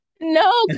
no